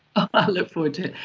ah look forward to it.